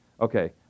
Okay